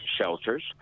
shelters